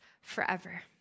forever